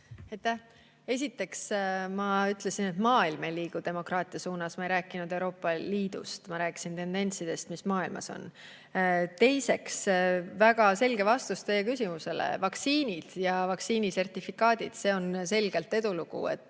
Esiteks, ma ütlesin, et maailm ei liigu demokraatia suunas. Ma ei rääkinud Euroopa Liidust, ma rääkisin tendentsidest, mis maailmas on. Teiseks, väga selge vastus teie küsimusele: vaktsiinid ja vaktsiinisertifikaadid on selgelt edulugu.